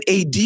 AD